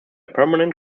permanent